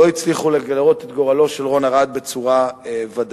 לא הצליחו לגלות את גורלו של רון ארד בצורה ודאית.